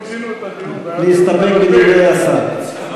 מיצינו את הדיון, להסתפק בדברי השר.